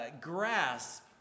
grasp